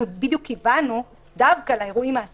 אנחנו בדיוק כיוונו דווקא לאירועים מן